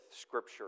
scripture